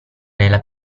nella